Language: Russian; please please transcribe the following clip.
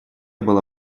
было